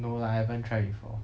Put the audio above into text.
no lah I haven't try before